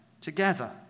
Together